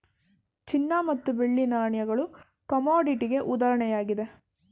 ಚಿನ್ನ ಮತ್ತು ಬೆಳ್ಳಿ ನಾಣ್ಯಗಳು ಕಮೋಡಿಟಿಗೆ ಉದಾಹರಣೆಯಾಗಿದೆ